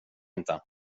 inte